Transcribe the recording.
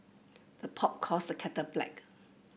the pot calls the kettle black